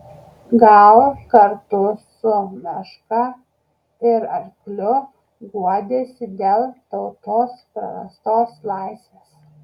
gal kartu su meška ir arkliu guodėsi dėl tautos prarastos laisvės